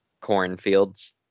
Cornfields